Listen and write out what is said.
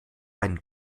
ein